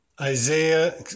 Isaiah